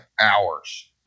hours